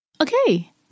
Okay